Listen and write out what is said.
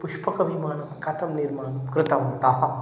पुष्पकविमानं कथं निर्माणं कृतवन्तः